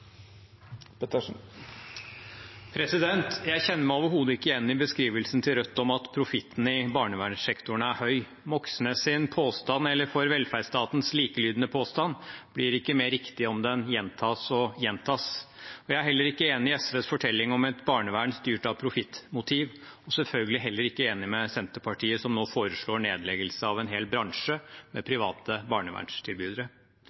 Jeg kjenner meg overhodet ikke igjen i beskrivelsen til Rødt om at profitten i barnevernssektoren er høy. Moxnes’ påstand, eller for velferdsstatens likelydende påstand, blir ikke mer riktig om den gjentas og gjentas. Jeg er heller ikke enig i SVs fortelling om et barnevern styrt av profittmotiv – og selvfølgelig heller ikke enig med Senterpartiet, som nå foreslår nedleggelse av en hel bransje med